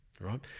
right